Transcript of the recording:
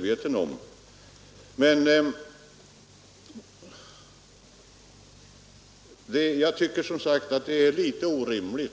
Det föreslagna presstödets utformning är enligt min mening orimlig.